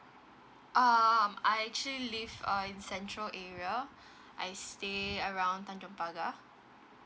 um I actually live uh in central area I stay around tanjong pagar